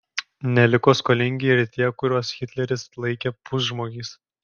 neliko skolingi ir tie kuriuos hitleris laikė pusžmogiais